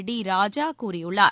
டிராஜா கூறியுள்ளார்